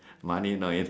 money not in